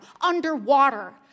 underwater